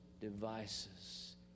devices